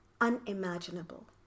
unimaginable